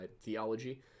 theology